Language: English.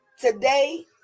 today